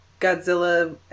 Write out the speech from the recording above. Godzilla